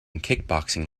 kickboxing